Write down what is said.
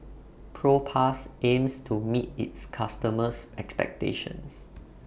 Propass aims to meet its customers' expectations